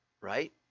right